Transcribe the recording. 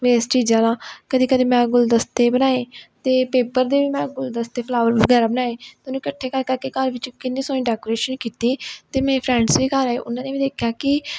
waste ਚੀਜ਼ਾਂ ਨਾਲ ਕਦੇ ਕਦੇ ਮੈਂ ਗੁਲਦਸਤੇ ਬਣਾਏ ਅਤੇ ਪੇਪਰ ਦੇ ਵੀ ਮੈਂ ਗੁਲਦਸਤੇ ਫਲਾਵਰ ਵਗੈਰਾ ਬਣਾਏ ਅਤੇ ਉਹਨੂੰ ਇਕੱਠੇ ਕਰ ਕਰਕੇ ਘਰ ਵਿਚ ਕਿੰਨੀ ਸੋਹਣੀ ਡੈਕੋਰੇਸ਼ਨ ਕੀਤੀ ਅਤੇ ਮੇਰੇ ਫਰੈਂਡਸ ਵੀ ਘਰ ਆਏ ਉਹਨਾਂ ਨੇ ਵੀ ਦੇਖਿਆ ਕਿ